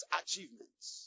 achievements